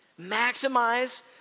maximize